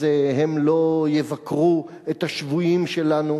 אז הם לא יבקרו את השבויים שלנו.